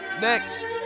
Next